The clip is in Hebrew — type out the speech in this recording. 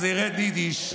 together,